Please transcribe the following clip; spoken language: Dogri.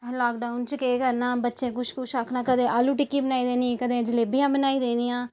अहें लॉकडाउन च केह् करना बच्चें किश किश आखना कदें आलू टिक्की बनाई देनी कदें जलेबियां बनाई देनियां